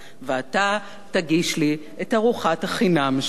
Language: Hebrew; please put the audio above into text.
ואתה תגיש לי את ארוחת החינם שלי".